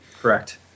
Correct